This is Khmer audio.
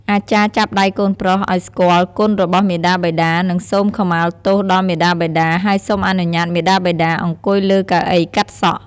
អាចារ្យចាប់ដៃកូនប្រុសឲ្យស្គាល់គុណរបស់មាតាបិតា និងសូមខមាទោសដល់មាតាបិតា ហើយសុំអនុញ្ញាតមាតាបិតា អង្គុយលើកៅអីកាត់សក់។